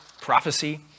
prophecy